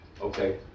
Okay